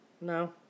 No